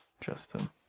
Justin